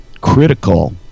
critical